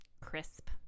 crisp